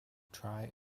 try